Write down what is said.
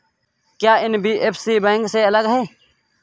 क्या NBFC bank से अलग है?